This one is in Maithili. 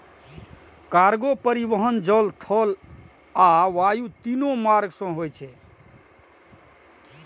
कार्गो परिवहन जल, थल आ वायु, तीनू मार्ग सं होय छै